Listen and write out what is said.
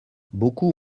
beaucoup